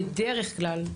בדרך כלל,